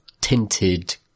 tinted